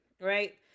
right